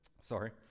sorry